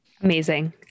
Amazing